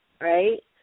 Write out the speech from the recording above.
right